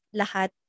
lahat